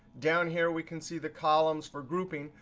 down here we can see the columns for grouping.